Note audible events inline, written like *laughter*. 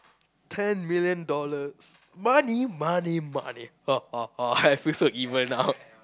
ten million dollars money money money *laughs* I feel so evil now